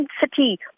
city